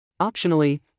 Optionally